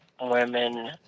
women